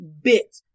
bit